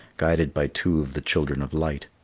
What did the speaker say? guided by two of the children of light.